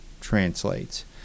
translates